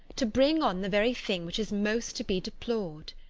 to bring on the very thing which is most to be deplored.